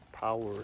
power